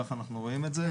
כך אנחנו רואים את זה.